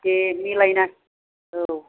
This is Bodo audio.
दे मिलायनां औ